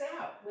out